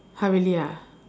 !huh! really ah